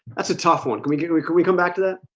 that's a tough one, can we get we could we come back to that?